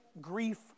grief